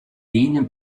ihnen